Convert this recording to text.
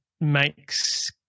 makes